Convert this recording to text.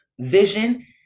vision